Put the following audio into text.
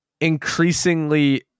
increasingly